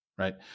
right